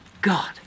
God